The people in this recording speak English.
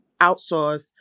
outsource